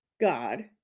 God